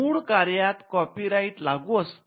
मूळ कार्यात कॉपीराइट लागू असते